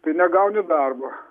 tai negauni darbo